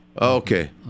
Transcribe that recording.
Okay